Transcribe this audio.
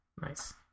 Nice